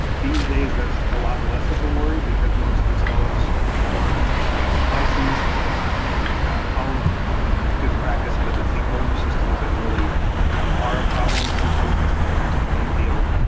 these days, that's a lot less of a worry because most installers are licensed and follow good practice. but it's the older systems that really um are a problem. sometimes they don't even have a drain field.